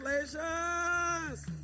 Congratulations